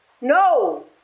No